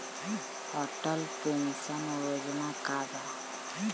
Atal pension योजना का बा?